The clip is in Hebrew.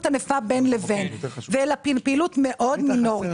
ענפה בין לבין אלא כפעילות מאוד מינורית.